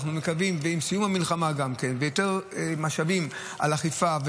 עם סיום המלחמה ועם יותר משאבים על אכיפה,